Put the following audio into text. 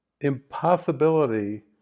impossibility